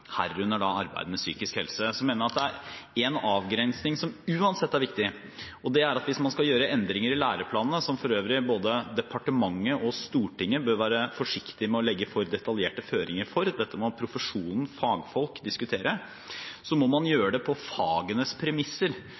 herunder arbeidet med psykisk helse. Så mener jeg at det er én avgrensning som uansett er viktig. Det er at hvis man skal gjøre endringer i læreplanene, som for øvrig både departementet og Stortinget bør være forsiktig med å legge for detaljerte føringer for, dette må profesjonen, fagfolk, diskutere, må man gjøre det på fagenes premisser.